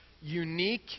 unique